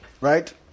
Right